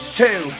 two